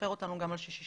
סופר אותנו גם על שישי-שבת.